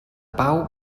pau